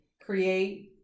create